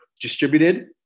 distributed